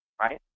Right